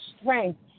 strength